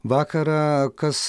vakarą kas